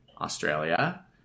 Australia